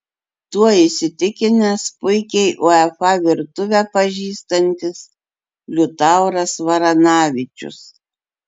tuo įsitikinęs puikiai uefa virtuvę pažįstantis liutauras varanavičius